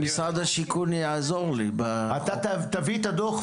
תקציב" תלוי איזו דלת.